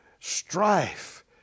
strife